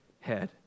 head